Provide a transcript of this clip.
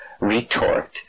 retort